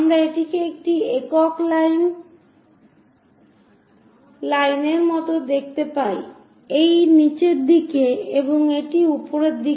আমরা এটিকে একটি একক লাইনের মতো দেখতে পাই এই নিচের দিকে এবং এই উপরের দিকে